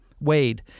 Wade